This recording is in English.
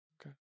Okay